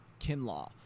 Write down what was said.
Kinlaw